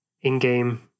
in-game